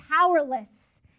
powerless